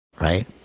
right